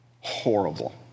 Horrible